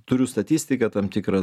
turiu statistiką tam tikrą